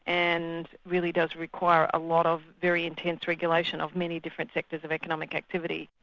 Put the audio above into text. and really does require a lot of very intense regulation of many different sectors of economic activity.